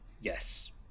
Yes